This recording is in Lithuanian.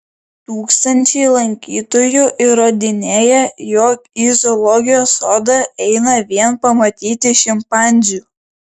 tūkstančiai lankytojų įrodinėjo jog į zoologijos sodą eina vien pamatyti šimpanzių